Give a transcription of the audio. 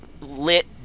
lit